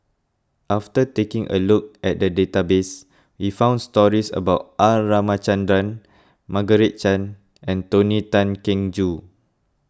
after taking a look at the database we found stories about R Ramachandran Margaret Chan and Tony Tan Keng Joo